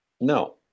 no